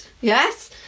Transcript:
yes